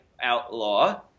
Outlaw